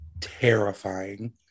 terrifying